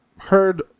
heard